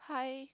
hi